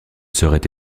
serait